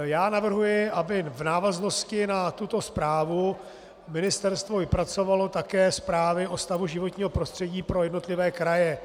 Já navrhuji, aby v návaznosti na tuto zprávu ministerstvo vypracovalo také zprávy o stavu životního prostředí pro jednotlivé kraje.